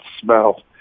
smell